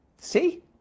See